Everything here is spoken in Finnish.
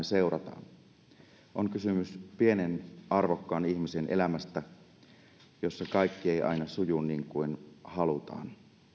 seurataan on kysymys pienen arvokkaan ihmisen elämästä jossa kaikki ei aina suju niin kuin halutaan